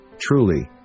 Truly